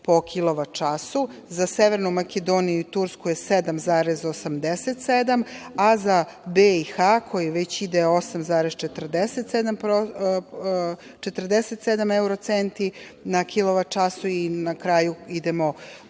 po kilovat času. Za Severnu Makedoniju i Tursku je 7,87, a za BiH koji već ide 8,47 evrocenti na kilovat času i na kraju idemo